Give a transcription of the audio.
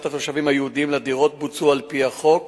התושבים היהודים לדירות בוצעו על-פי החוק